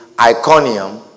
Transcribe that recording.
Iconium